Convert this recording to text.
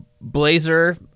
Blazer